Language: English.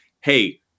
Hey